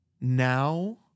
now